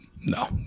No